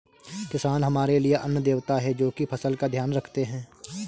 किसान हमारे लिए अन्न देवता है, जो की फसल का ध्यान रखते है